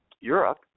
Europe